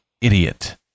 idiot